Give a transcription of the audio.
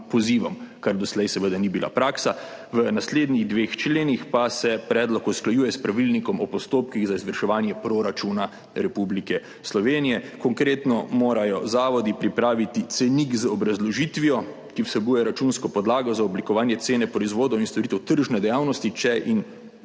kar doslej seveda ni bila praksa. V naslednjih dveh členih pa se predlog usklajuje s pravilnikom o postopkih za izvrševanje proračuna Republike Slovenije. Konkretno morajo zavodi pripraviti cenik z obrazložitvijo, ki vsebuje računsko podlago za oblikovanje cene proizvodov in storitev tržne dejavnosti, če in